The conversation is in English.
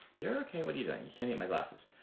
you're okay. what are you doing? you can't eat my glasses.